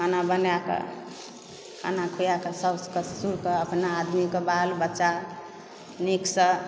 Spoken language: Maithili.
खाना बनाइके खाना खुआके सभकेँ साउस ससुरके अपना आदमीके बाल बच्चा नीकसँ